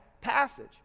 passage